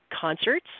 concerts